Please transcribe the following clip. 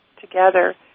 together